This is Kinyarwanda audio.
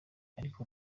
ariko